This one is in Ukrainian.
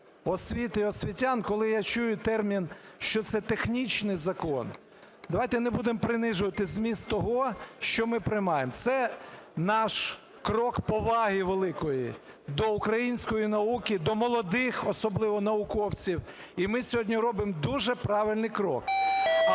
освіти і освітян, коли я чую термін, що це технічний закон, давайте не будемо принижувати зміст того, що ми приймаємо. Це наш крок поваги великої до української науки, до молодих особливо науковців. І ми сьогодні робимо дуже правильний крок.